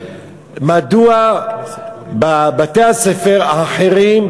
מדוע בתי-הספר האחרים,